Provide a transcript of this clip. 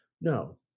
no